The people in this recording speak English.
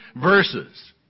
verses